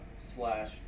slash